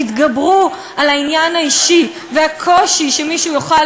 תתגברו על העניין האישי והקושי שמישהו יוכל